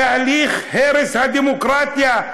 תהליך הרס הדמוקרטיה,